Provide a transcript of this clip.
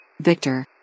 Victor